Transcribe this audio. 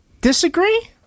disagree